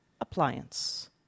appliance